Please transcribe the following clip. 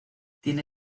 tiene